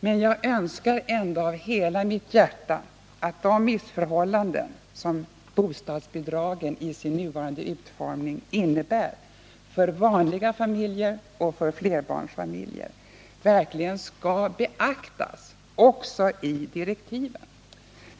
Men jag önskar ändå av hela mitt hjärta att de missförhållanden som bostadsbidragen i sin nuvarande utformning medför för vanliga familjer och för flerbarnsfamiljer verkligen skall beaktas också i direktiven.